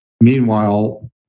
Meanwhile